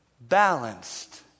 balanced